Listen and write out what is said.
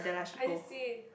I see